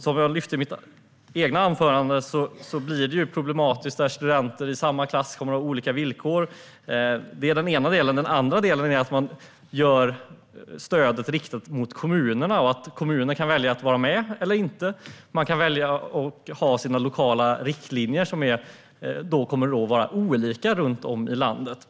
Som jag lyfte upp i mitt eget anförande blir det problematiskt när studenter i samma klass kommer att ha olika villkor - det är den ena delen. Den andra delen är att stödet riktas mot kommunerna och att de kan välja att vara med eller inte. De kan välja att ha lokala riktlinjer, som då blir olika runt om i landet.